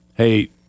Hey